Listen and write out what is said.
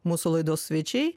mūsų laidos svečiai